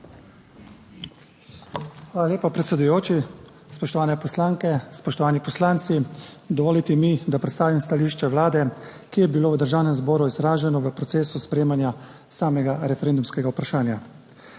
Hvala lepa, predsedujoči. Spoštovane poslanke, spoštovani poslanci! Dovolite mi, da predstavim stališče Vlade, ki je bilo v Državnem zboru izraženo v procesu sprejemanja samega referendumskega vprašanja.